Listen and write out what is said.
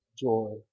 joy